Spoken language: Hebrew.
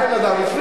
בא בן-אדם והפריע.